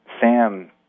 Sam